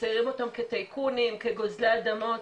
מציירים אותם כטייקונים, כגוזלי אדמות.